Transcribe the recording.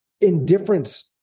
indifference